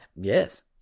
Yes